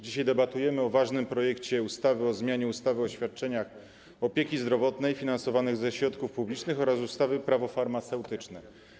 Dzisiaj debatujemy nad ważnym projektem ustawy o zmianie ustawy o świadczeniach opieki zdrowotnej finansowanych ze środków publicznych oraz ustawy - Prawo farmaceutyczne.